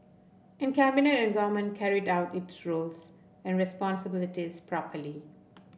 and cabinet and government carried out its roles and responsibilities properly